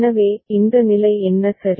எனவே இந்த நிலை என்ன சரி